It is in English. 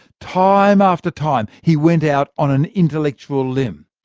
time after time, he went out on an intellectual limb.